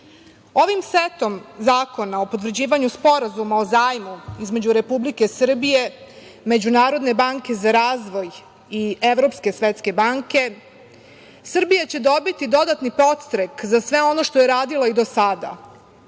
setom zakona o potvrđivanju Sporazuma o zajmu između Republike Srbije i Međunarodne banke za razvoj i Evropske svetske banke Srbija će dobiti dodatni podstrek za sve ono što je radila i do sada.